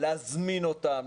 להזמין אותם,